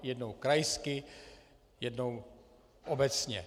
Jednou krajsky, jednou obecně.